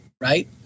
right